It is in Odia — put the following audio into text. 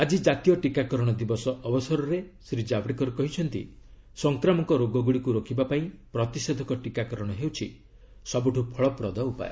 ଆଜି ଆତୀୟ ଟିକାକରଣ ଦିବସ ଅବସରରେ ଶ୍ରୀ ଜାବଡେକର କହିଛନ୍ତି ସଂକ୍ରାମକ ରୋଗଗୁଡ଼ିକୁ ରୋକିବା ପାଇଁ ପ୍ରତିଷେଧକ ଟିକାକରଣ ହେଉଛି ସବୁଠୁ ଫଳପ୍ରଦ ଉପାୟ